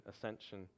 ascension